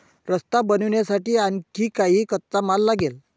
रस्ता बनवण्यासाठी आणखी काही कच्चा माल लागेल